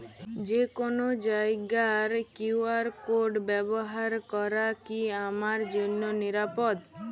যে কোনো জায়গার কিউ.আর কোড ব্যবহার করা কি আমার জন্য নিরাপদ?